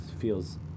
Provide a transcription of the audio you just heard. feels